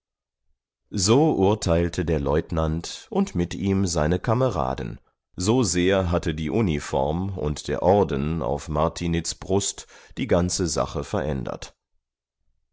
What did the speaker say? so urteilte der leutnant und mit ihm seine kameraden so sehr hatte die uniform und der orden auf martiniz brust die ganze sache verändert